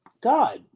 God